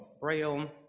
braille